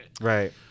Right